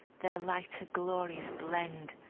their lighter glories blend.